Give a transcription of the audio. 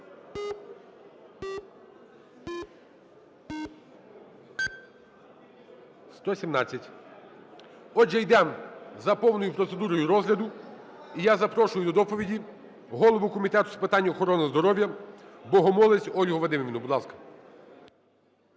За-117 Отже йдемо за повною процедурою розгляду. І я запрошую до доповіді голову Комітету з питань охорони здоров'я Богомолець Ольгу Вадимівну. Будь ласка.